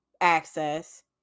access